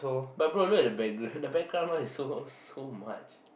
but bro look at the background the background noise is so so much